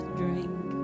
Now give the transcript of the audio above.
drink